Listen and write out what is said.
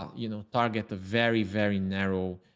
um you know, target the very, very narrow